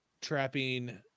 trapping